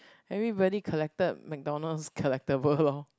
everybody collected McDonald collectible loh